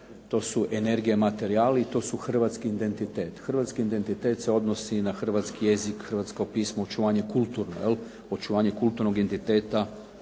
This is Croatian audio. to su energija i materijali, to su hrvatski identitet. Hrvatski identitet se odnosi na hrvatski jezik, hrvatsko pismo, očuvanje kulturno, očuvanje